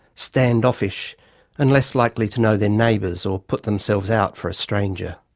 stand-offish and less likely to know their neighbours or put themselves out for a stranger.